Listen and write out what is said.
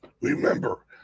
Remember